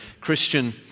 Christian